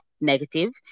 negative